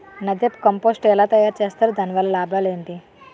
NADEP compost ఎలా తయారు చేస్తారు? దాని వల్ల లాభాలు ఏంటి?